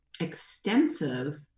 extensive